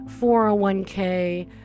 401k